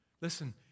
Listen